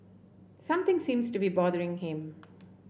something seems to be bothering him